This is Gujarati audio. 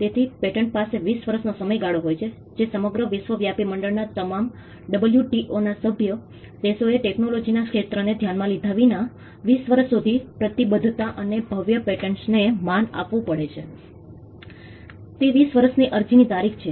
તેથી પેટન્ટ્સ પાસે 20 વર્ષનો સમયગાળો હોય છે જે સમગ્ર વિશ્વવ્યાપી મંડળના તમામ WTO ના સભ્ય દેશોએ ટેક્નોલોજીના ક્ષેત્રને ધ્યાનમાં લીધા વિના 20 વર્ષ સુધી પ્રતિબદ્ધતા અને ભવ્ય પેટન્ટ્સને માન આપવું પડે છે તે વીસ વર્ષની અરજીની તારીખ છે